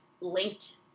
linked